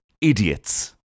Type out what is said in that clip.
idiots